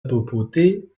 papauté